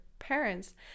Parents